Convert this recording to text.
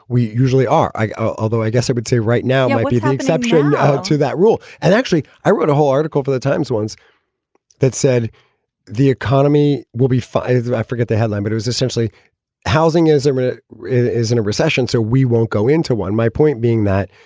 we usually are. although i guess i would say right now might be the exception to that rule and actually, i wrote a whole article for the times, ones that said the economy will be fine. i forget the headline, but it was essentially housing is um and it is in a recession, so we won't go into one my point being that